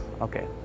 okay